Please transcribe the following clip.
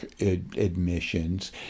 admissions